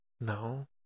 No